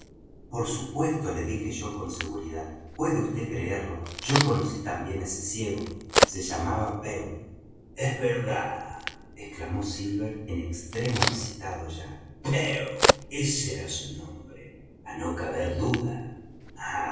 por supuesto le dije yo con seguridad puede vd creerlo yo conocí también á ese ciego se llamaba pew es verdad exclamó silver en extremo excitado ya pew ese era su nombre á no caber duda ah